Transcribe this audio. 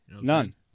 None